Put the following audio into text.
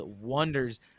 wonders